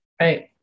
Right